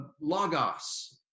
logos